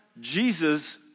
Jesus